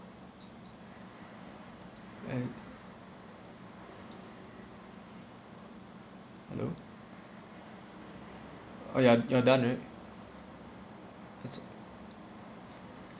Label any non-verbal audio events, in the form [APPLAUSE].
right hello oh ya you are done is it [NOISE]